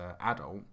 adult